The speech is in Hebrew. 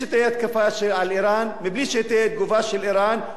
מבלי שתהיה תגובה של אירן או "חיזבאללה" או "חמאס",